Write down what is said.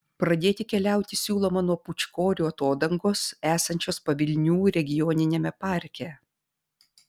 pradėti keliauti siūloma nuo pūčkorių atodangos esančios pavilnių regioniniame parke